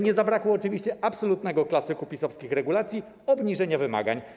Nie zabrakło oczywiście absolutnego klasyku PiS-owskich regulacji - obniżenia wymagań.